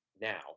now